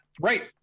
Right